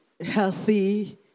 healthy